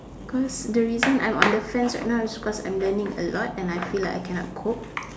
because the reason I'm on the fence right now is because I'm learning a lot and I feel like I cannot cope